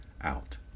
out